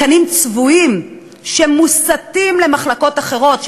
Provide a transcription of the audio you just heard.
תקנים צבועים מוסטים למחלקות אחרות.